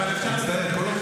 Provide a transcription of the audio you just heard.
ואנשים שמהקואליציה,